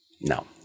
No